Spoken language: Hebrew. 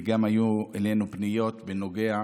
וגם היו אלינו פניות בנוגע